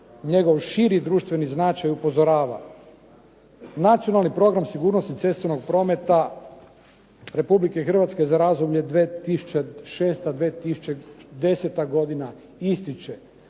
njegov širi društveni značaj upozorava. Nacionalni program sigurnosti cestovnog prometa Republike Hrvatske za razdoblje 2006.-2010. godine ističe